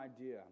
idea